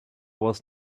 was